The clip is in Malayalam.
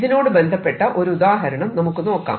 ഇതിനോട് ബന്ധപ്പെട്ട ഒരു ഉദാഹരണം നമുക്ക് നോക്കാം